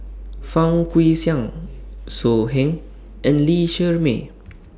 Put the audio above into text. Fang Guixiang So Heng and Lee Shermay